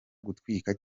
gutwita